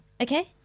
Okay